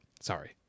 sorry